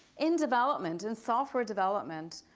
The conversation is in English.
in development, in software development,